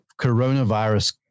coronavirus